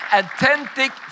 authentic